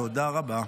תודה רבה.